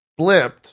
blipped